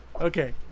Okay